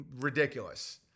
ridiculous